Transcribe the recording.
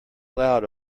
loud